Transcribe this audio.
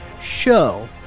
show